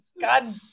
God